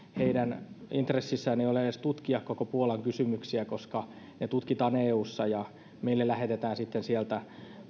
heidän intressissään ei ole edes tutkia näitä koko puolan kysymyksiä koska ne tutkitaan eussa ja meille lähetetään sitten sieltä